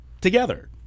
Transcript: together